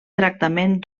tractament